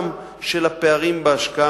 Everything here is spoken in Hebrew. של הפערים בהשקעה,